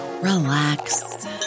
relax